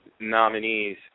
nominees